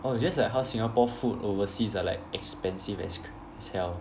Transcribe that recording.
oh it's just like how Singapore food overseas are like expensive as cr~ as hell